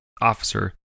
Officer